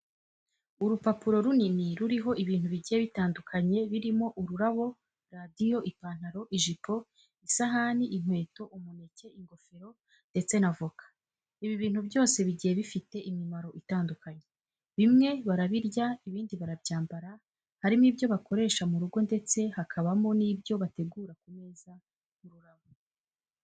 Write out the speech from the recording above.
Urupapuro runini ruriho ibintu bigiye bitandukanye birimo ururabo, radiyo, ipantaro, ijipo, isahani, inkweto, umuneke, ingofero ndetse na voka. Ibi bintu byose bigiye bifite imimaro itandukanye. Bimwe barabirya, ibindi barabyambara, harimo ibyo bakoresha mu rugo ndetse hakabamo n'ibyo bategura ku meza nk'ururabo.